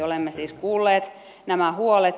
olemme siis kuulleet nämä huolet